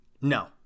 No